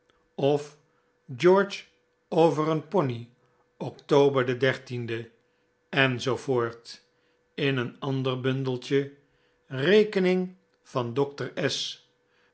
of george over een pony october en zoo voort in een ander bundeltje rekeningen van